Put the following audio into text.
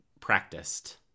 practiced